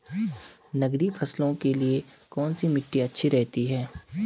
नकदी फसलों के लिए कौन सी मिट्टी अच्छी रहती है?